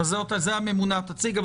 זה הממונה תציג.